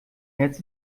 herz